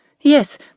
Yes